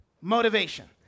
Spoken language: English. Motivation